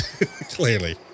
Clearly